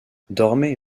dormez